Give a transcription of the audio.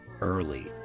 early